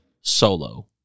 solo